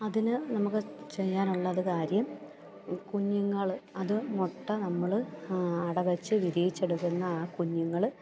അതിന് നമുക്ക് ചെയ്യാനുള്ളൊരു കാര്യം കുഞ്ഞുങ്ങൾ അത് മുട്ട നമ്മൾ അടവച്ച് വിരിയിച്ചെടുക്കുന്ന ആ കുഞ്ഞുങ്ങൾ